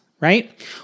right